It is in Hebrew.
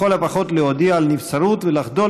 או לכל הפחות להודיע על נבצרות ולחדול